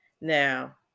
Now